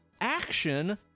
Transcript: Action